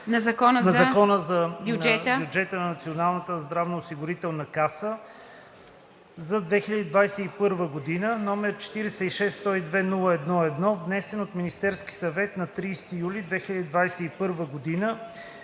на Закона за бюджета на Националната здравноосигурителна каса за 2021 г., № 46-102-01-1, внесен от Министерския съвет на 30 юли 2021 г.